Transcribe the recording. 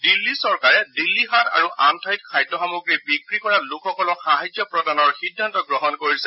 দিল্লী চৰকাৰে দিল্লী হাট আৰু আন ঠাইত খাদ্য সামগ্ৰী বিক্ৰী কৰা লোকসকলক সাহায্য প্ৰদানৰ সিদ্ধান্ত গ্ৰহণ কৰিছে